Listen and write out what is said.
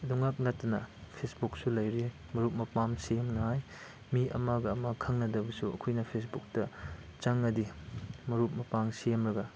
ꯑꯗꯨꯉꯥꯛ ꯅꯠꯇꯅ ꯐꯦꯁꯕꯨꯛꯁꯨ ꯂꯩꯔꯦ ꯃꯔꯨꯞ ꯃꯄꯥꯡ ꯁꯦꯝꯅꯉꯥꯏ ꯃꯤ ꯑꯃꯒ ꯑꯃꯒ ꯈꯪꯅꯗꯕꯁꯨ ꯑꯩꯈꯣꯏꯅ ꯐꯦꯁꯕꯨꯛꯇ ꯆꯪꯉꯗꯤ ꯃꯔꯨꯞ ꯃꯄꯥꯡ ꯁꯦꯝꯂꯒ